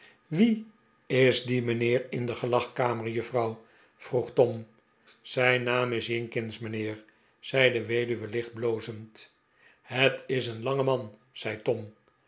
wie is die mijnheer in de gelagkamer juffrouw vroeg tom zijn naam is jinkins mijnheer zei de weduwe lichtelijk blozend het is een lange man zei tom